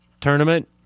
tournament